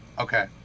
Okay